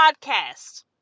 podcast